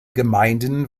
gemeinden